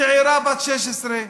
צעירה בת 16,